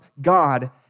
God